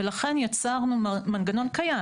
ולכן יצרנו מנגנון קיים.